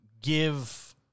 give